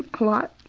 a lot.